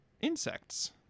insects